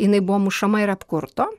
jinai buvo mušama ir apkurto